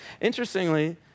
Interestingly